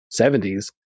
70s